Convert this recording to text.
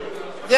זה הכול.